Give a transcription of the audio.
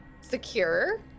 secure